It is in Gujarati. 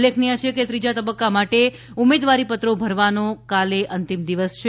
ઉલ્લેખનિય છે કે ત્રીજા તબક્કા માટે ઉમેદવારીપત્રો ભરવાનો કાલે અંતિમ દિવસ છે